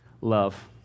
love